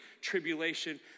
tribulation